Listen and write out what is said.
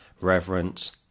reverence